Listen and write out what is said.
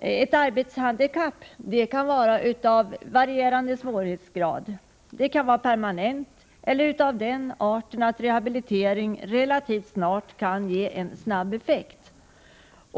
Ett arbetshandikapp kan vara av varierande svårighetsgrad. Det kan vara permanent eller av den arten att en rehabilitering relativt snart kan ge en god effekt.